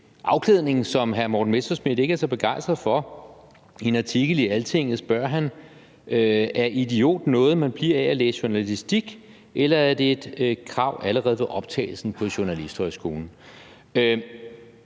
afklædning, som hr. Morten Messerschmidt ikke er så begejstret for. I en artikel i Altinget spørger han: »Er idiot noget, man bliver af at læse journalistik – eller er det et krav allerede ved optagelsen på journalisthøjskolen?«